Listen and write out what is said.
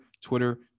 Twitter